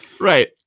Right